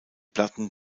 platten